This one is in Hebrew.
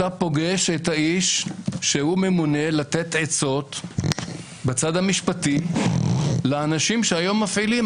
אתה פוגש את האיש שהוא ממונה לתת עצות בצד המשפטי לאנשים שהיום מפעילים.